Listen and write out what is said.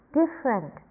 different